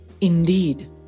indeed